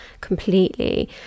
completely